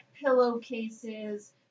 pillowcases